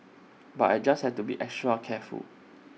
but I just have to be extra careful